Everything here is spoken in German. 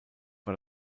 war